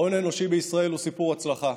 ההון האנושי בישראל הוא סיפור הצלחה.